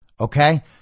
Okay